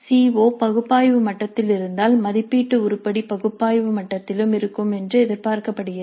சீ O பகுப்பாய்வு மட்டத்தில் இருந்தால் மதிப்பீட்டு உருப்படி பகுப்பாய்வு மட்டத்திலும் இருக்கும் என்று எதிர்பார்க்கப்படுகிறது